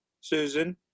Susan